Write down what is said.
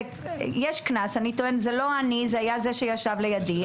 יש קנס והוא טוען שזה לא הוא אלא זה שישב לידו.